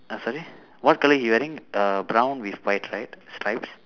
uh sorry what colour he wearing err brown with white stripe stripes